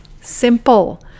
simple